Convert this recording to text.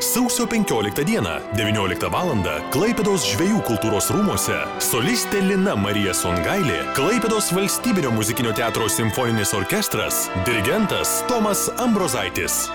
sausio penkioliktą dieną devynioliktą valandą klaipėdos žvejų kultūros rūmuose solistė lina marija songailė klaipėdos valstybinio muzikinio teatro simfoninis orkestras dirigentas tomas ambrozaitis